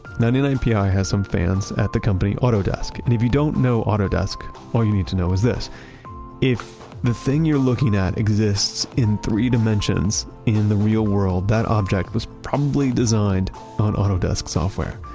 ninety nine pi has some fans at the company autodesk, and if you don't know autodesk, all you need to know is this if the thing you're looking at exists in three dimensions in the real world, that object was probably designed on autodesk software.